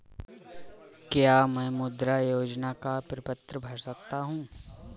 क्या मैं मुद्रा योजना का प्रपत्र भर सकता हूँ?